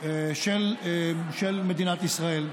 של מדינת ישראל.